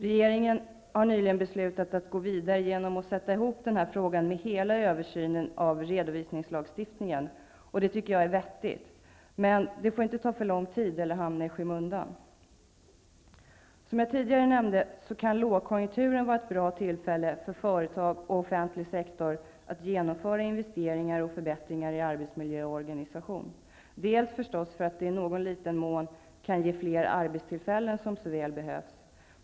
Regeringen har nyligen beslutat att gå vidare genom att sätta ihop den här frågan med hela översynen av redovisningslagstiftningen. Jag tycker att det är vettigt. Men det får inte ta för lång tid eller hamna i skymundan. Som jag tidigare nämnde kan lågkonjunkturen vara ett bra tillfälle för företag och offentlig sektor att genomföra investeringar och förbättringar i arbetsmiljö och organisation. Det kan ge fler arbetstillfällen som så väl behövs.